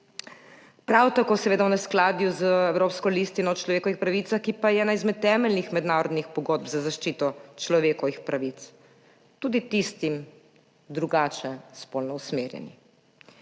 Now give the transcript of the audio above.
prav tako seveda v neskladju z evropsko listino o človekovih pravicah, ki pa je ena izmed temeljnih mednarodnih pogodb za zaščito človekovih pravic, tudi tistim drugače spolno usmerjenim.